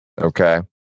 Okay